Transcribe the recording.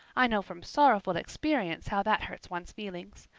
i know from sorrowful experience how that hurts one's feelings.